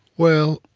well,